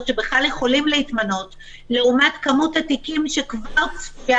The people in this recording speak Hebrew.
שבכלל יכולים להתמנות לעומת כמות התיקים שכבר צפויה